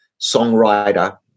songwriter